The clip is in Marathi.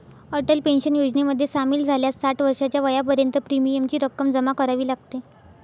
अटल पेन्शन योजनेमध्ये सामील झाल्यास साठ वर्षाच्या वयापर्यंत प्रीमियमची रक्कम जमा करावी लागते